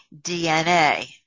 DNA